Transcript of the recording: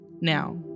now